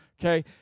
Okay